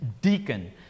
deacon